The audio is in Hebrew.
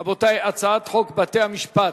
רבותי, הצעת חוק בתי-המשפט,